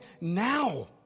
now